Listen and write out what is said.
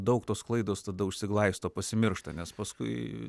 daug tos klaidos tada užsiglaisto pasimiršta nes paskui